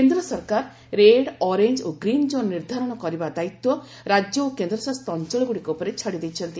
କେନ୍ଦ୍ର ସରକାର red orange ଓ ଗ୍ରୀନ୍ କୋନ୍ ନିର୍ଦ୍ଧାରଣ କରିବା ଦାୟିତ୍ୱ ରାଜ୍ୟ ଓ କେନ୍ଦ୍ର ଶାସିତ ଅଞ୍ଚଳଗୁଡ଼ିକ ଉପରେ ଛାଡ଼ିଦେଇଛନ୍ତି